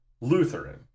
Lutheran